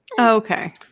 Okay